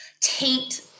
taint